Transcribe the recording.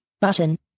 button